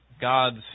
God's